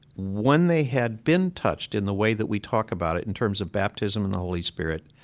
when they had been touched in the way that we talk about it in terms of baptism and the holy spirit,